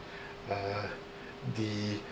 uh the